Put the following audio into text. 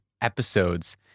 episodes